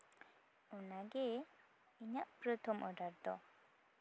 ᱚᱱᱟᱜᱮ ᱤᱧᱟᱹᱜ ᱯᱨᱚᱛᱷᱚᱢ ᱚᱰᱟᱨ ᱫᱚ